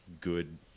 good